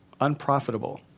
unprofitable